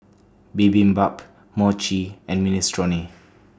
Bibimbap Mochi and Minestrone